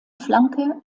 flanke